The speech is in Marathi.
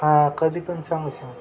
हां कधी पण सांगू सांगा